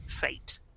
fate